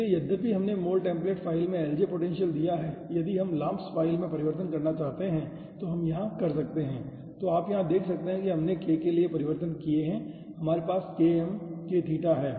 इसलिए यद्यपि हमने Moltemplate फ़ाइल में LJ पोटेंशियल दिया है यदि हम LAMMPS फ़ाइल में परिवर्तन करना चाहते हैं जो हम यहाँ कर सकते हैं तो आप यहाँ देख सकते हैं कि हमने k के लिए परिवर्तन किये हैं हमारे पास krn k थीटा है